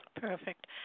Perfect